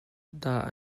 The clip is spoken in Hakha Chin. dah